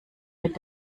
mit